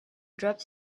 dropped